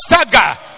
stagger